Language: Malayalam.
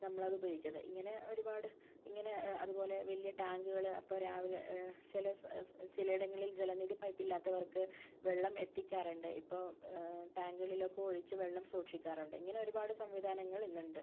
നമ്മളത് ഉപയോഗിക്കുന്നത് ഇങ്ങനെ ഒരുപാട് ഇങ്ങനെ അതുപോലെ വലിയ ടാങ്കുകള് അപ്പോൾ രാവിലെ ചില സ്ഥല ചിലയിടങ്ങളിൽ ജലനിധി പൈപ്പ് ഇല്ലാത്തവർക്ക് വെള്ളം എത്തിക്കാറുണ്ട് ഇപ്പോൾ ടാങ്കുകളിലൊക്കെ ഒഴിച്ച് വെള്ളം സൂക്ഷിക്കാറുണ്ട് ഇങ്ങനെ ഒരുപാട് സംവിധാനങ്ങൾ ഇന്നുണ്ട്